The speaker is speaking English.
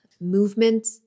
movement